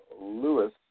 Lewis